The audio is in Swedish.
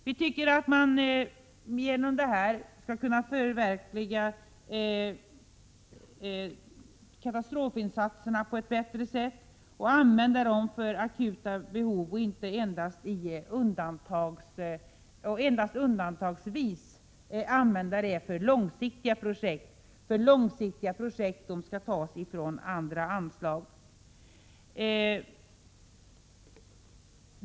Vi anser att man därigenom skall kunna utföra katastrofinsatserna på ett bättre sätt, använda de medlen för akuta behov och endast undantagsvis för långsiktiga projekt. Medel till långsiktiga projekt skall tas från andra anslag.